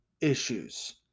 issues